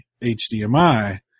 HDMI